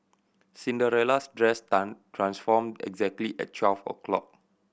Cinderella's dress transformed exactly at twelve o' clock